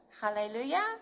Hallelujah